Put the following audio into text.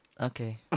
Okay